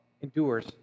endures